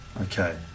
Okay